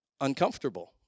Uncomfortable